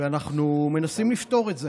אנחנו מנסים לפתור את זה.